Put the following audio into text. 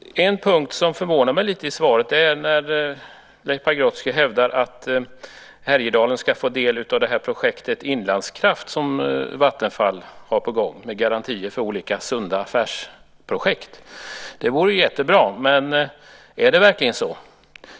En punkt som förvånar mig lite i svaret är att Leif Pagrotsky hävdar att Härjedalen ska få del av projektet Inlandskraft som Vattenfall har på gång med garantier för olika sunda affärsprojekt. Det vore ju jättebra, men är det verkligen så?